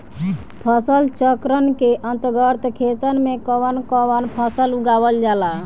फसल चक्रण के अंतर्गत खेतन में कवन कवन फसल उगावल जाला?